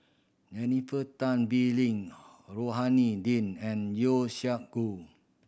Jennifer Tan Bee Leng Rohani Din and Yeo Siak Goon